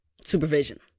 supervision